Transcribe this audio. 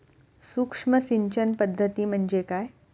सूक्ष्म सिंचन पद्धती म्हणजे काय?